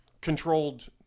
controlled